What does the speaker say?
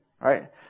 right